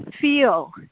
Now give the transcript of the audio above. feel